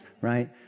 right